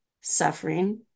suffering